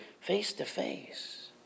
face-to-face